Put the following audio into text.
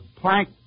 plank